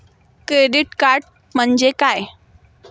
Credit card म्हणजे काय?